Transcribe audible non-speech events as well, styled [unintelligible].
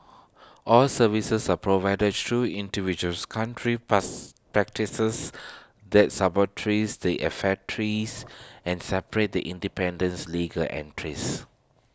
all services are provided through individual's country pass practices their [unintelligible] the [unintelligible] and separate The Independence legal entrance